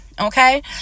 Okay